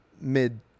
mid